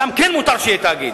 שם כן מותר שיהיה תאגיד,